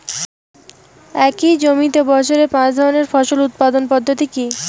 একই জমিতে বছরে পাঁচ ধরনের ফসল উৎপাদন পদ্ধতি কী?